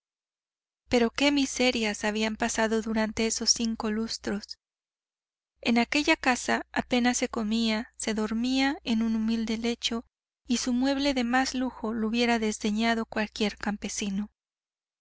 pero qué miserias habían pasado durante esos cinco lustros en aquella casa apenas se comía se dormía en un humilde lecho y su mueble de más lujo lo hubiera desdeñado cualquier campesino